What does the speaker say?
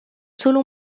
solo